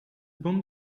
boom